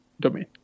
domain